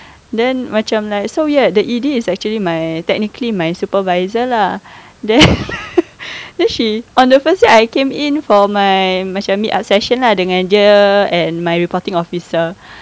then macam like so weird the E_D is actually my technically my supervisor lah then then she on the first day I came in for my macam meet up session dengan dia and my reporting officer